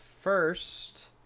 first